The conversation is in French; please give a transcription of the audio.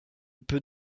peut